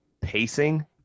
pacing